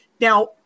now